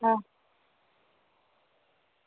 હા